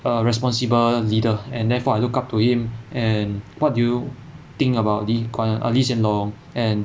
a responsible leader and therefore I look up to him and what do you think about lee kuan err lee hsien loong and